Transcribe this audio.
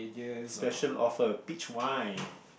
special offer peach wine